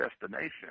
Destination